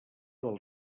del